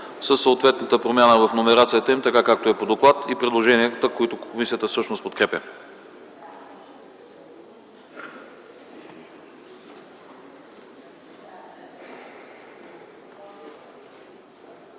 със съответната промяна в номерацията им, както е по доклад, и предложенията, които комисията подкрепя.